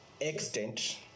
extent